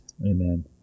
Amen